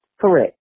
Correct